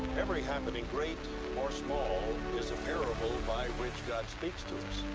every happening, great or small, is a parable by which god speaks to us,